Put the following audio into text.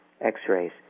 x-rays